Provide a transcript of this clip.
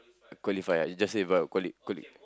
qualify ah just qualify quali~ quali~